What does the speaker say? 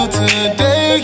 today